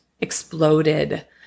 exploded